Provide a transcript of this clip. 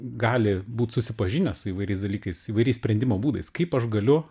gali būt susipažinę su įvairiais dalykais įvairiais sprendimo būdais kaip aš galiu